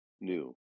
new